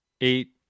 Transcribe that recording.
Eight